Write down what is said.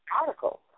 article